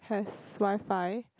has WiFi